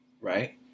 right